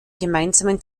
gemeinsamen